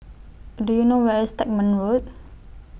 Do YOU know Where IS Stagmont Road